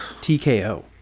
TKO